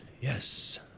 yes